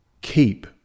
keep